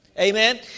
Amen